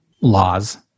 laws